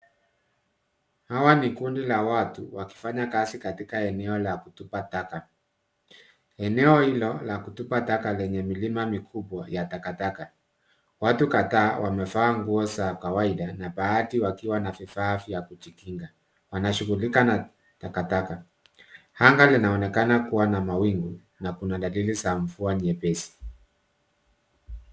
Hawa ni kundi la watu wakifanya kazi katika eneo la kutupa taka. Eneo hilo la kutupa taka lenye milima mikubwa ya takataka. Watu kadhaa wamevaa nguo za kawaida na baadhi wakiwa na vifaa vya kujikinga. Wanashughulika na takataka. Anga linaonekana kuwa na mawingu na kuna dalili za mvua nyepesi.